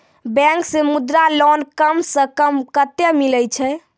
Bank से Mudra loan कम सऽ कम कतैय मिलैय छै?